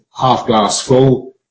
half-glass-full